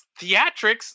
theatrics